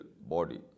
body